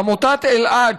עמותת אלעד,